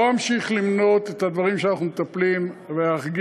לא אמשיך למנות את הדברים שאנחנו מטפלים בהם,